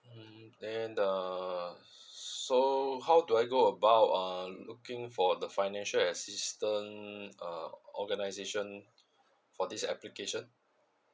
and uh so how do I go about uh looking for the financial assistance uh organisation for this application